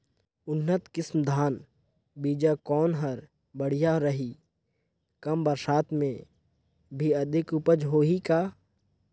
उन्नत किसम धान बीजा कौन हर बढ़िया रही? कम बरसात मे भी अधिक उपज होही का?